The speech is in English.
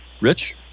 Rich